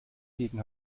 gegen